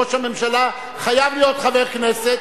ראש הממשלה חייב להיות חבר כנסת,